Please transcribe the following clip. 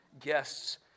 guests